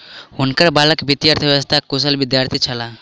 हुनकर बालक वित्तीय अर्थशास्त्रक कुशल विद्यार्थी छलाह